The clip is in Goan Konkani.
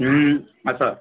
आसा